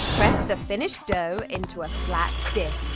press the finished dough into a flat disc.